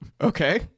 Okay